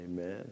amen